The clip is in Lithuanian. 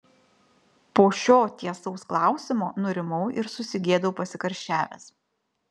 po šio tiesaus klausimo nurimau ir susigėdau pasikarščiavęs